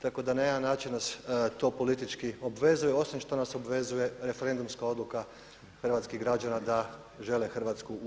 Tako da na jedan način nas to politički obvezuje osim što nas obvezuje referendumska odluka hrvatski građana da žele Hrvatsku u EU.